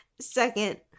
Second